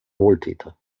wohltäter